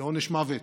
לעונש מוות.